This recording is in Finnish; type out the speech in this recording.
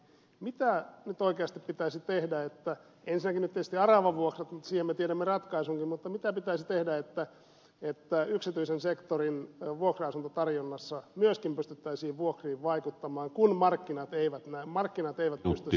mitä nyt oikeasti pitäisi tehdä ensinnäkin nyt tietysti arava vuokrien osalta mutta siihen me tiedämme ratkaisunkin että yksityisen sektorin vuokra asuntotarjonnassa myöskin pystyttäisiin vuokriin vaikuttamaan kun markkinat eivät pysty sitä näköjään hoitamaan